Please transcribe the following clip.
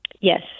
Yes